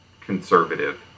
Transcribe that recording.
conservative